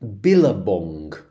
billabong